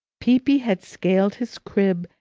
peepy had scaled his crib,